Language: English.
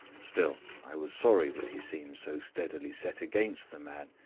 still, i was sorry that he seemed so steadily set against the man,